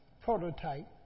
prototype